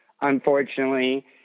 unfortunately